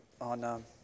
on